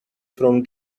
from